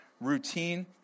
routine